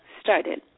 started